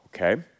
okay